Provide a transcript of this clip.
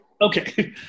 Okay